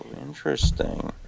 interesting